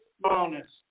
Bonus